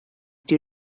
due